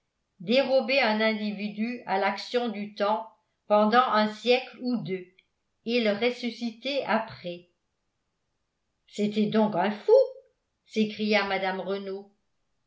dérober un individu à l'action du temps pendant un siècle ou deux et le ressusciter après c'était donc un fou s'écria mme renault